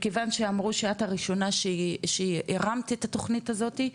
מכיוון שאמרו שאת הראשונה שהרמת את התוכנית הזאתי,